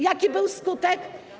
Jaki był skutek?